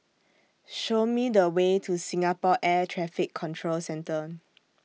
Show Me The Way to Singapore Air Traffic Control Centre